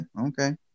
okay